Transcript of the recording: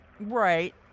Right